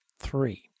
three